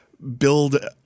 build